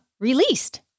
released